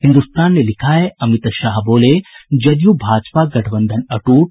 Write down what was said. हिन्दुस्तान ने लिखा है अमित शाह बोले जदयू भाजपा गठबंधन अट्ट